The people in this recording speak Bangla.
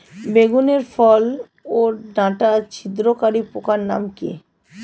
বেগুনের ফল ওর ডাটা ছিদ্রকারী পোকার নাম কি?